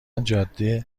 جاده